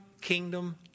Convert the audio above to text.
kingdom